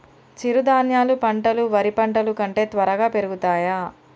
చిరుధాన్యాలు పంటలు వరి పంటలు కంటే త్వరగా పెరుగుతయా?